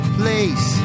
place